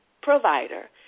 provider